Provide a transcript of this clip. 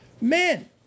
Men